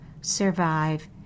survive